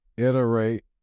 Iterate